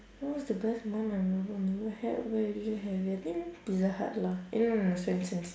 what's the best most memorable meal you ever had where did you have it I think pizza hut lah eh no no swensen's